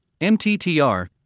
MTTR